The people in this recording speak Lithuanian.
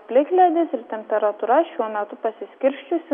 plikledis ir temperatūra šiuo metu pasiskirsčiusi